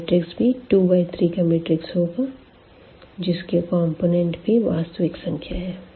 यह मैट्रिक्स भी 2 बाय 3 का मैट्रिक्स होगा जिसके कॉम्पोनेन्ट भी वास्तविक संख्या है